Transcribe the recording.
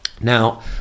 now